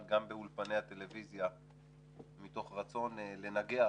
גם באולפני הטלוויזיה מתוך רצון לנגח